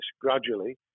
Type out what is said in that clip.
gradually